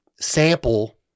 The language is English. sample